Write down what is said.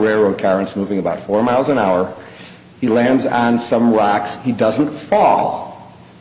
rare occurrence moving about four miles an hour he lands on some rocks he doesn't fall